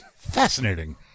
Fascinating